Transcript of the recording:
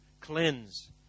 cleanse